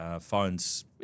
phones